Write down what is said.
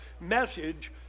message